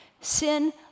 Sin